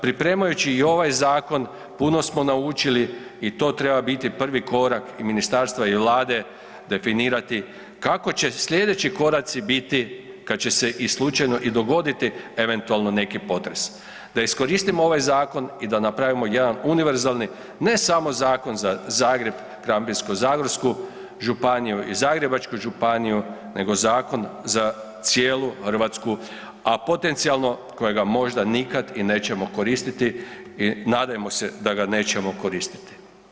Pripremajući i ovaj zakon puno smo naučili i to treba biti prvi korak i ministarstva i Vlade, definirati kako će slijedeći koraci biti kad će se i slučajno i dogoditi eventualno neki potres, da iskoristimo ovaj zakon i da napravimo jedan univerzalni ne samo zakon za Zagreb, Krapinsko-zagorsku županiju i Zagrebačku županiju, nego zakon za cijelu Hrvatsku, a potencijalno kojega možda nikada i nećemo koristiti i nadajmo se da ga nećemo koristiti.